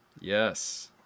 Yes